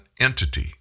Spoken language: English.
entity